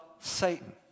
Satan